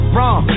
Wrong